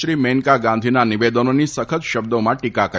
શ્રી મેનકા ગાંધીના નિવેદનોની સખત શબ્દોમાં ટીકા કરી છે